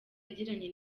yagiranye